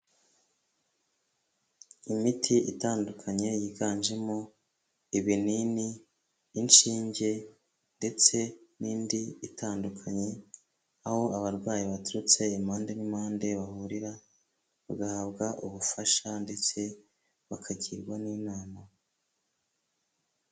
Imiti itandukanye yiganjemo ibinini, inshinge ndetse n'indi itandukanye, aho abarwayi baturutse impande n'impande bahurira, bagahabwa ubufasha ndetse bakagirwa n'inama.